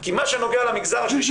כי מה שנוגע למגזר השלישי,